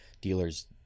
dealers